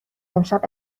امشب